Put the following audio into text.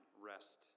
rest